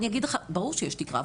ברור שיש תקרה,